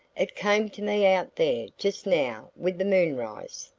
it came to me out there just now with the moonrise.